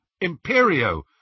Imperio